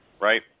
right